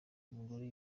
umugore